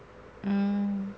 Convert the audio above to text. mm